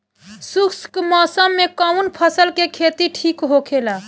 शुष्क मौसम में कउन फसल के खेती ठीक होखेला?